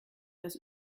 das